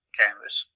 canvas